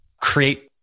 create